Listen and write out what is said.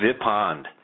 Vipond